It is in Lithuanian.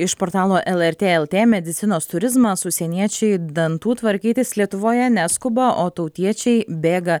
iš portalo el er tė el tė medicinos turizmas užsieniečiai dantų tvarkytis lietuvoje neskuba o tautiečiai bėga